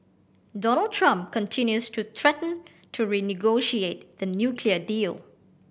Donald Trump continues to threaten to renegotiate the nuclear deal